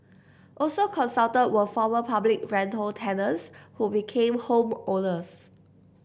also consulted were former public rental tenants who became home owners